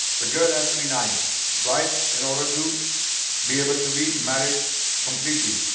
the girl has to be nine right in order to be able to be married completely